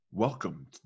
Welcome